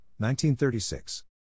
1936